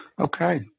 Okay